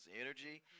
energy